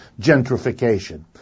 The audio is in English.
gentrification